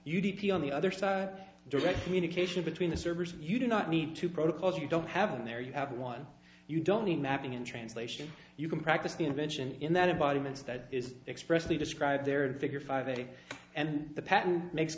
p on the other side direct communication between the servers you do not need to protocols you don't have and there you have one you don't need mapping in translation you can practice the invention in that a body image that is expressly described there and figure five a day and the patent makes